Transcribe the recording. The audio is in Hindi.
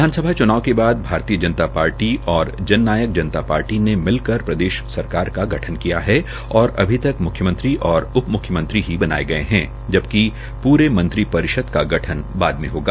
विधानसभा च्नाव के बाद भारतीय जनता पार्टी और जन नायक जनता पार्टी ने मिलकर प्रदेश सरकार का गठन किया और अभी तक म्ख्यमंत्री और उप म्ख्यमंत्री ही बनाये गये है जबिक मंत्रिपरिष्द का गठन बाद में होगा